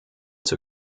zur